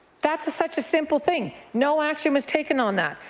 that's such a simple thing. no action was taken on that.